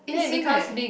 eh same eh